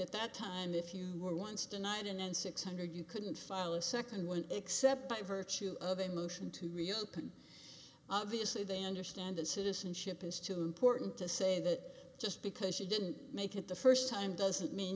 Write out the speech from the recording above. at that time if you were once tonight in six hundred you couldn't file a second one except by virtue of a motion to reopen obviously they understand that citizenship is too important to say that just because she didn't make it the first time doesn't mean